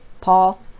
Paul